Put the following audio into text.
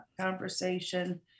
conversation